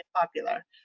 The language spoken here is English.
popular